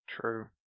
True